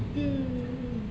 mm